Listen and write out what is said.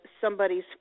somebody's